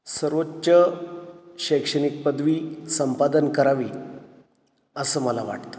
सर्वोच्च शैक्षणिक पदवी संपादन करावी असं मला वाटतं